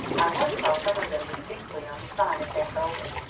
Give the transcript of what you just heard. i once saw some of them distinctly on the side of ben bulbin.